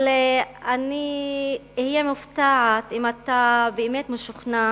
אבל אני אהיה מופתעת אם אתה באמת משוכנע